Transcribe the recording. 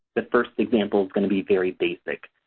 the first example is going to be very basic.